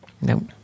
Nope